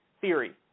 theory